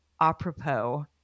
apropos